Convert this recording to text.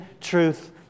truth